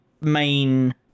main